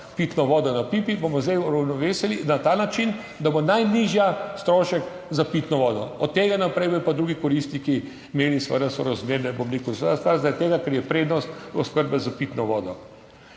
pitno vodo na pipi, bomo zdaj uravnovesili na ta način, da bo najnižja strošek za pitno vodo, od tega naprej bodo pa drugi koristniki imeli seveda sorazmerje, bom rekel, seveda stvar zaradi tega, ker je prednost oskrbe s pitno vodo.